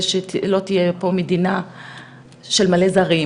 ושלא תהיה פה מדינה של מלא זרים,